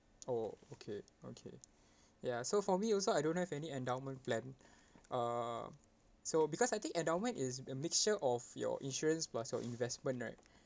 oh okay okay ya so for me also I don't have any endowment plan uh so because I think endowment is a mixture of your insurance plus your investment right